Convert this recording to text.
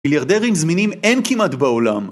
מיליארדרים זמינים אין כמעט בעולם